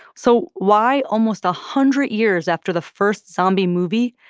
so why, almost a hundred years after the first zombie movie,